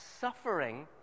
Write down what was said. suffering